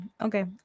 okay